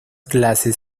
clases